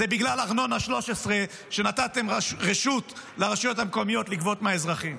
זה בגלל ארנונה 13 שנתתם רשות לרשויות המקומיות לגבות מהאזרחים.